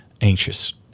anxious